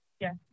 Yes